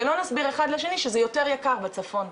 ולא נסביר אחד לשני שזה יותר יקר בצפון.